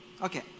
Okay